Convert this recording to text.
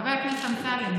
חבר הכנסת אמסלם.